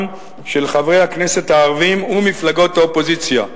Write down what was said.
של חברי הכנסת הערבים ומפלגות האופוזיציה".